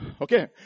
Okay